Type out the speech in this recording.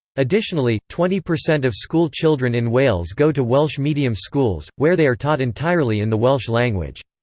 additionally, twenty percent of school children in wales go to welsh medium schools, where they are taught entirely in the welsh language.